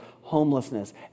homelessness